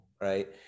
Right